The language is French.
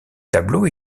tableaux